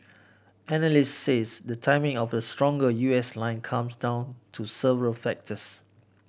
analysts say the timing of the stronger U S line comes down to several factors